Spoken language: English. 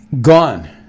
gone